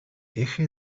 eje